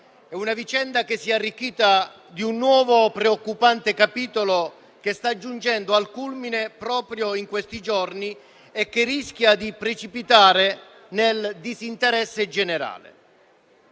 di una vicenda che si è arricchita di un nuovo preoccupante capitolo che sta giungendo al culmine proprio in questi giorni e che rischia di precipitare nel disinteresse generale.